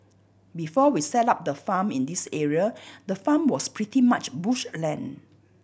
before we set up the farm in this area the farm was pretty much bush land